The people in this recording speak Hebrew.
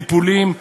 טיפולים,